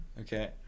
okay